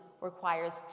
requires